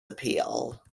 appeal